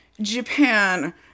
Japan